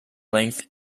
length